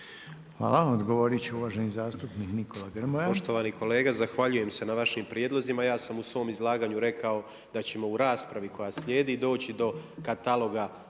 Hvala. Odgovorit će uvaženi zastupnik Nikola Grmoja. **Grmoja, Nikola (MOST)** Poštovani kolega, zahvaljujem se na vašim prijedlozima. Ja sam u svom izlaganju rekao da ćemo u raspravi koja slijedi doći do kataloga,